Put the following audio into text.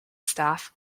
staff